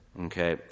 Okay